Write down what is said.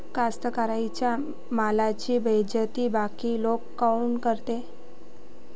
कास्तकाराइच्या मालाची बेइज्जती बाकी लोक काऊन करते?